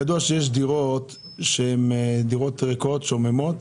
ידוע שיש דירות שהן דירות ריקות ושוממות